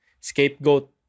scapegoat